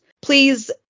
Please